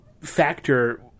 factor